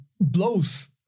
blows